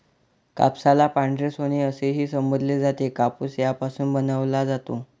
कापसाला पांढरे सोने असेही संबोधले जाते, कापूस यापासून बनवला जातो